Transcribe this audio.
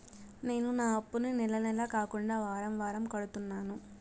నేను నా అప్పుని నెల నెల కాకుండా వారం వారం కడుతున్నాను